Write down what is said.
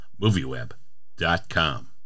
MovieWeb.com